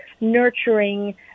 nurturing